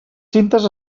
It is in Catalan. cintes